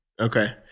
Okay